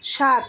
সাত